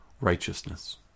righteousness